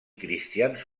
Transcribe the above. cristians